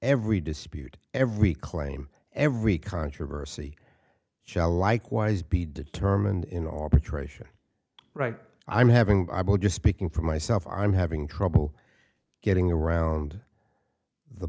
every dispute every claim every controversy shall likewise be determined in or patricia right i'm having i will just speaking for myself i'm having trouble getting around the